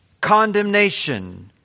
condemnation